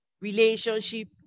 relationship